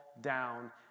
down